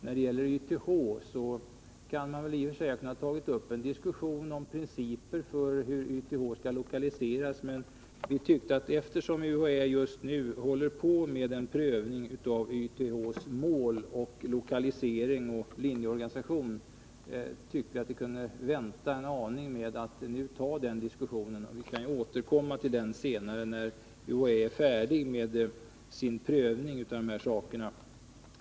När det gäller YTH kan man i och för sig ha tagit upp en diskussion om principerna för hur YTH skall lokaliseras. Men eftersom UHÄ just nu håller på med en prövning av YTH:s mål, lokalisering och linjeorganisation, tyckte vi att vi kunde vänta en aning med att ta upp den diskussionen. Vi kan återkomma till den senare, när UHÄ är färdig med sin prövning av dessa saker.